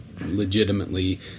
legitimately